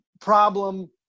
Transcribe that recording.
problem